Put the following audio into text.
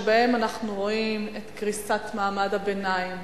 שבהם אנחנו רואים את קריסת מעמד הביניים,